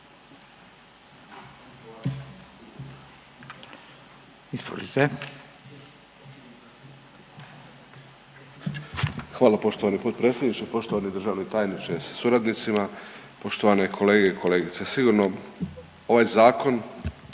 Hvala poštovani potpredsjedniče, poštovani državni tajniče sa suradnicima, poštovane kolege i kolegice. Sigurno ovaj zakon